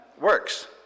works